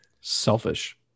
Selfish